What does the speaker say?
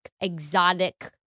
exotic